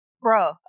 bro